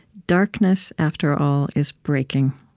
darkness, after all, is breaking,